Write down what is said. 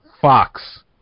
Fox